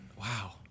Wow